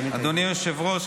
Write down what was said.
אדוני היושב-ראש,